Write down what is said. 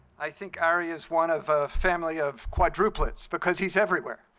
i think ari is one of a family of quadruplets, because he's everywhere